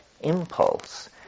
impulse